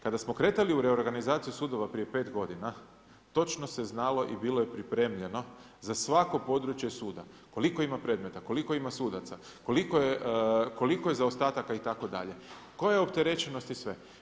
Kada smo kretali u reorganizaciju sudova prije pet godina točno se znalo i bilo je pripremljeno za svako područje suda koliko ima predmeta, koliko ima sudaca, koliko je zaostataka itd., koja je opterećenost i sve.